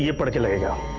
yeah particular yeah